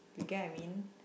you get what I mean